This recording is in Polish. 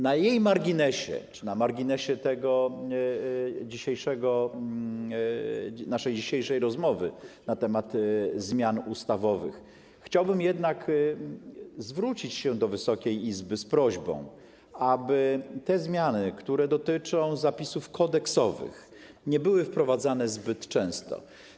Na jej marginesie czy na marginesie naszej dzisiejszej rozmowy na temat zmian ustawowych chciałbym jednak zwrócić się do Wysokiej Izby z prośbą, aby te zmiany, które dotyczą zapisów kodeksowych, nie były wprowadzane zbyt często.